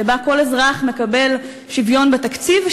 שבה כל אזרח מקבל שוויון בתקציב,